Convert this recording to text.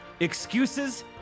Excuses